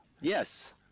Yes